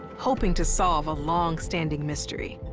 hoping to solve a longstanding mystery.